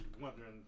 wondering